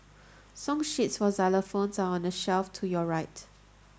song sheets for xylophones are on the shelf to your right